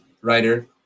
writer